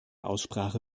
aussprache